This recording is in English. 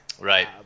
Right